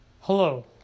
Hello